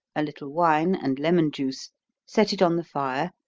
a little wine, and lemon juice set it on the fire,